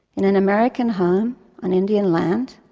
in an american home on indian land,